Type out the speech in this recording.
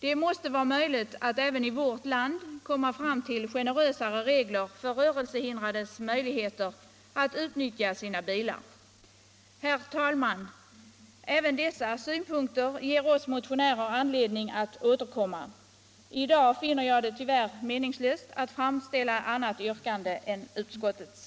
Det måste vara möjligt att även i vårt land komma fram till generösare regler när det gäller rörelsehindrades möjligheter att utnyttja sina bilar. Herr talman! Även dessa synpunkter ger oss motionärer anledning att återkomma. I dag finner jag det tyvärr meningslöst att framställa annat yrkande än utskottets.